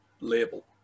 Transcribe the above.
label